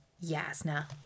Yasna